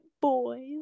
boys